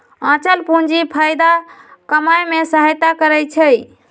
आंचल पूंजी फयदा कमाय में सहयता करइ छै